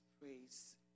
praise